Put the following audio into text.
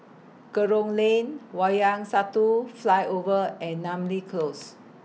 Kerong Lane Wayang Satu Flyover and Namly Close